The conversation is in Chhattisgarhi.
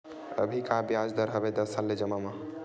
अभी का ब्याज दर हवे दस साल ले जमा मा?